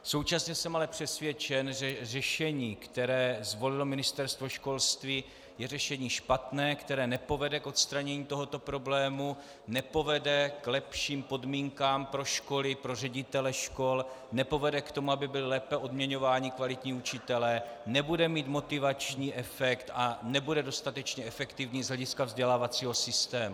Současně jsem ale přesvědčen, že řešení, které zvolilo Ministerstvo školství, je řešení špatné, které nepovede k odstranění tohoto problému, nepovede k lepším podmínkám pro školy, pro ředitele škol, nepovede k tomu, aby byli lépe odměňováni kvalitní učitelé, nebude mít motivační efekt a nebude dostatečně efektivní z hlediska vzdělávacího systému.